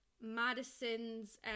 madison's